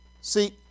See